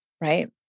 right